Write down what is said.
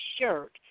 shirt